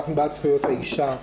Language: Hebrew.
אנחנו בעד זכויות האישה.